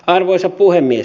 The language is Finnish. arvoisa puhemies